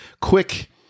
quick